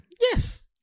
Yes